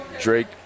Drake